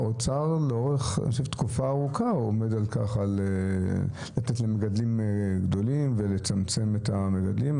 האוצר לאורך תקופה ארוכה עומד על לתת למגדלים גדולים ולצמצם את המגדלים,